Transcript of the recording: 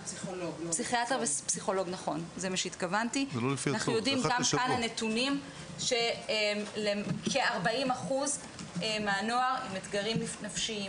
אנחנו יודעים גם כאן על נתונים שכ-40% מהנוער עם אתגרים נפשיים.